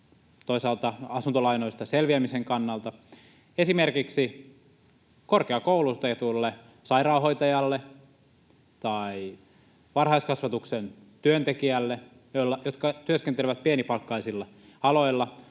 toisaalta asuntolainoista selviämisen kannalta esimerkiksi korkeakoulutetulle sairaanhoitajalle tai varhaiskasvatuksen työntekijälle, jotka työskentelevät pienipalkkaisilla aloilla